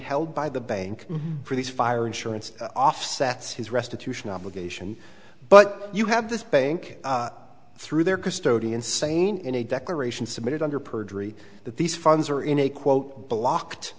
held by the bank for these fire insurance offsets his restitution obligation but you have this bank through their custodian sane in a declaration submitted under perjury that these funds are in a quote blocked